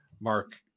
Mark